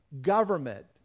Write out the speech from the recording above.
government